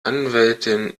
anwältin